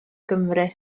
gymru